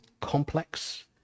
complex